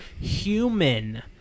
human